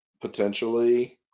potentially